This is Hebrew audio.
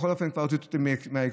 בכל אופן כבר הוצאת אותי מההקשר.